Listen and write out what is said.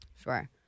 Sure